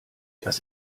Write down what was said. das